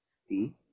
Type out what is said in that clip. see